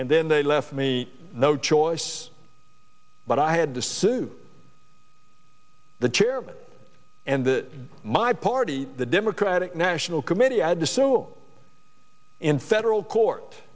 and then they left me no choice but i had to sue the chairman and that my party the democratic national committee had to sue in federal court